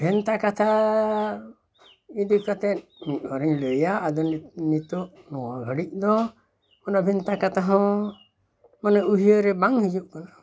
ᱵᱷᱮᱱᱛᱟ ᱠᱟᱛᱷᱟ ᱤᱫᱤ ᱠᱟᱛᱮᱫ ᱢᱤᱫ ᱵᱟᱨ ᱤᱧ ᱞᱟᱹᱭᱟ ᱟᱫᱚ ᱱᱤᱛᱚᱜ ᱱᱚᱣᱟ ᱜᱷᱟᱹᱲᱤᱡ ᱫᱚ ᱚᱱᱟ ᱵᱷᱮᱱᱛᱟ ᱠᱟᱛᱷᱟ ᱦᱚᱸ ᱢᱟᱱᱮ ᱩᱭᱦᱟᱹᱨ ᱨᱮ ᱵᱟᱝ ᱦᱤᱡᱩᱜ ᱠᱟᱱᱟ